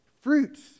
Fruits